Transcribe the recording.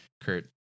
Kurt